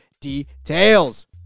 details